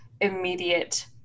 immediate